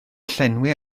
llenwi